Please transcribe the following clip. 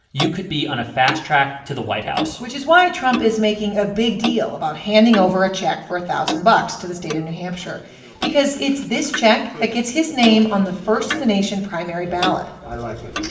you could be on a fast track to the white house which is why trump is making a big deal about handing over a check for a thousand bucks to the state of new hampshire because it's this check that gets his name on the first-in-the-nation primary ballot i like it.